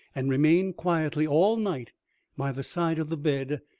and remained quietly all night by the side of the bed,